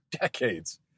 decades